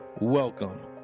Welcome